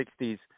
1960s